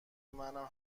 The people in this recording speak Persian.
منم